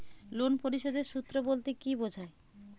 Loan পরিশোধের সূএ বলতে কি বোঝায়?